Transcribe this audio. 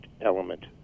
element